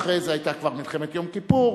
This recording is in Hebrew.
אחרי זה היתה כבר מלחמת יום כיפור,